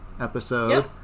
episode